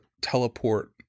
teleport